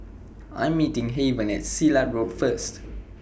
I'm meeting Heaven At Silat Road First